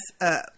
up